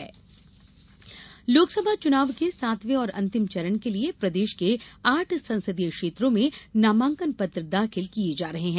पर्चा दाखिल लोकसभा चुनाव के सातवें और अंतिम चरण के लिये प्रदेश के आठ संसदीय क्षेत्रों में नामांकन पत्र दाखिल किये जा रहे हैं